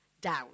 down